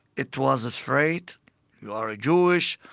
it was a threat you are jewish,